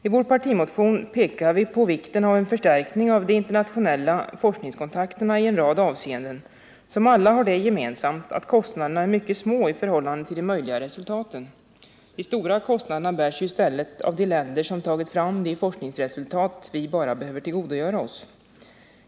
I vår partimotion pekar vi på vikten av en förstärkning av de internationella forskningskontakterna i en rad avseenden, som alla har det gemensamt att kostnaderna är mycket små i förhållande till de möjliga resultaten; de stora kostnaderna bärs ju i stället av de länder som tagit fram de forskningsresultat vi bara behöver tillgodogöra oss.